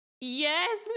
Yes